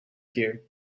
here